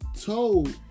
Told